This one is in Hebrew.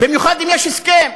במיוחד אם יש הסכם.